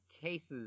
cases